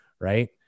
Right